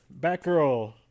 Batgirl